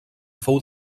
fou